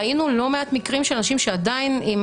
ראינו לא מעט מקרים של אנשים שעדיין עם